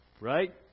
right